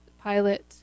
pilot